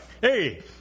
hey